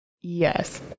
Yes